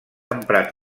emprat